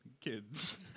kids